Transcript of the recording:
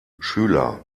schüler